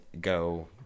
go